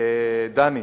דני,